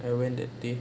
I went that day